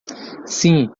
sim